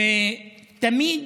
ותמיד